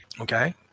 Okay